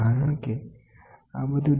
કારણ કે આ બધી વસ્તુઓ ખૂબ મહત્વની છે